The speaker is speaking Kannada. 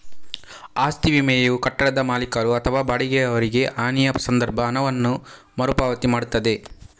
ಆಸ್ತಿ ವಿಮೆಯು ಕಟ್ಟಡದ ಮಾಲೀಕರು ಅಥವಾ ಬಾಡಿಗೆಯವರಿಗೆ ಹಾನಿಯ ಸಂದರ್ಭ ಹಣವನ್ನ ಮರು ಪಾವತಿ ಮಾಡ್ತದೆ